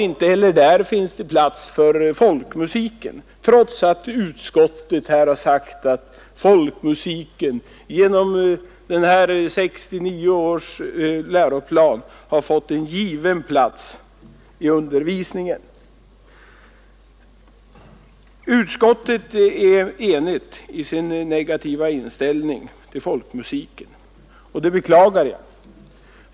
Inte heller där finns det plats för folkmusiken, trots att utskottet har sagt att folkmusiken genom 1969 års läroplan har fått en given plats i undervisningen. Utskottet är enigt i sin negativa inställning till folkmusiken, och det beklagar jag.